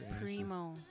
Primo